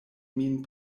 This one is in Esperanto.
min